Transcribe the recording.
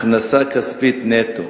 הכנסה כספית נטו